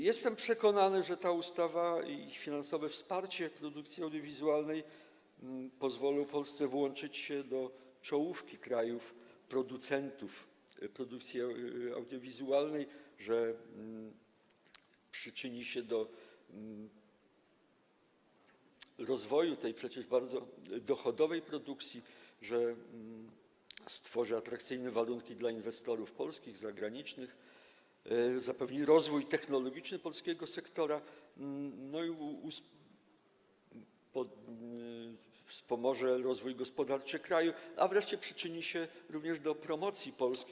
Jestem przekonany, że ta ustawa i finansowe wsparcie produkcji audiowizualnej pozwolą Polsce dołączyć do czołówki krajów prowadzących produkcję audiowizualną, przyczynią się do rozwoju tej przecież bardzo dochodowej produkcji, stworzą atrakcyjne warunki dla inwestorów polskich i zagranicznych, zapewnią rozwój technologiczny polskiego sektora, co wspomoże rozwój gospodarczy kraju, a wreszcie przyczynią się do promocji Polski.